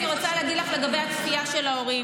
אני רוצה להגיד לך משהו לגבי הצפייה של ההורים.